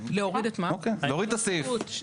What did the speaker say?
את הסעיף.